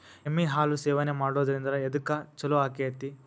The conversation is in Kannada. ಎಮ್ಮಿ ಹಾಲು ಸೇವನೆ ಮಾಡೋದ್ರಿಂದ ಎದ್ಕ ಛಲೋ ಆಕ್ಕೆತಿ?